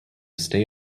stay